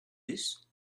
this